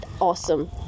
awesome